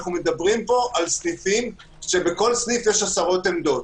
אנו מדברים על סניפים שבכל סניף יש עשרות עמדות.